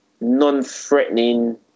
non-threatening